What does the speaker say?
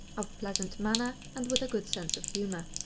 of pleasant manner and with a good sense of humor.